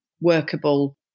workable